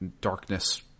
darkness